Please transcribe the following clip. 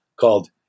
called